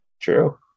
True